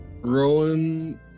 Rowan